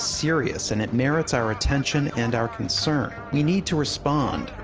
serious, and it merits our attention and our concern. we need to respond.